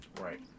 Right